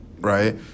right